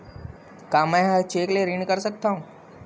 का मैं ह चेक ले ऋण कर सकथव?